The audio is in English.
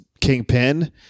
kingpin